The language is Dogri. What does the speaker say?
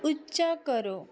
उच्चा करो